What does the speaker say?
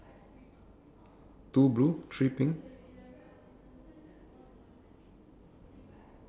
okay so there's silly thought provoking personal stories creative hmm